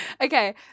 Okay